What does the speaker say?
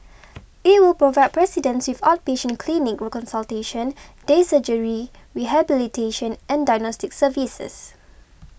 it will provide residents with outpatient clinic consultation day surgery rehabilitation and diagnostic services